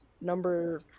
number